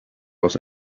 was